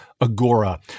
Agora